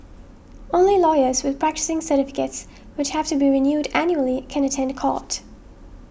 only lawyers with practising certificates which have to be renewed annually can attend the court